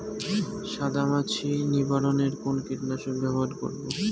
সাদা মাছি নিবারণ এ কোন কীটনাশক ব্যবহার করব?